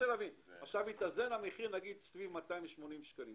נניח שהתאזן המחיר סביב 280 שקלים,